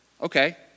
okay